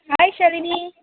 hi Shalini